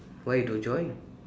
why you don't join